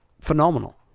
phenomenal